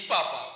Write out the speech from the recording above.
Papa